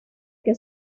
que